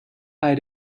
bei